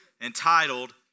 entitled